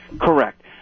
Correct